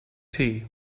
tea